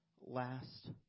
last